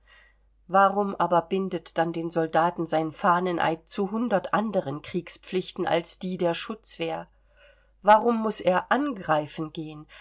warum aber bindet dann den soldaten sein fahneneid zu hundert anderen kriegspflichten als die der schutzwehr warum muß er angreifen gehen